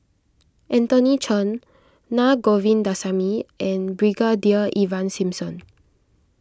Anthony Chen Naa Govindasamy and Brigadier Ivan Simson